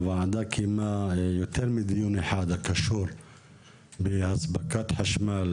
הוועדה קיימה יותר מדיון אחד הקשור באספקת חשמל,